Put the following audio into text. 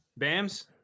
Bams